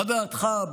מה דעתך,